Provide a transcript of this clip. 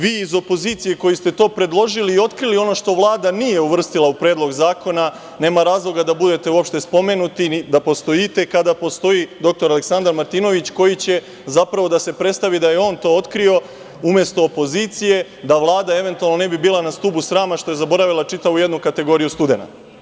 Vi iz opozicije, koji ste to predložili i otkrili ono što Vlada nije uvrstila u predlog zakona, nema razloga da budete uopšte spomenuti, ni da postojite, kada postoji dr Aleksandar Martinović, koji će zapravo da se predstavi da je on to otkrio, umesto opozicije, da Vlada eventualno ne bi bila na stubu srama što je zaboravila čitavu jednu kategoriju studenata.